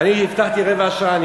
אתה חייב לקצר.